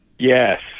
Yes